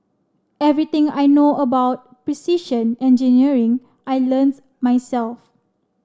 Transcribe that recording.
everything I know about precision engineering I learnt myself